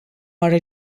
are